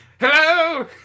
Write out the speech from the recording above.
Hello